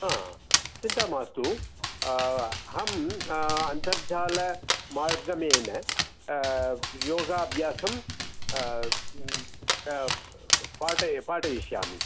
हा चिन्ता मास्तु अहं अन्तर्जालमार्गमेन योगाभ्यासं पाठे पाठयिष्यामि